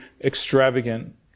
extravagant